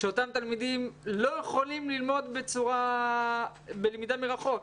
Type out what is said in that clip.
כשאותם תלמידים לא יכולים ללמוד בלמידה מרחוק?